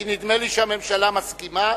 כי נדמה לי שהממשלה מסכימה,